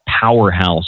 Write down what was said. powerhouse